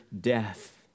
death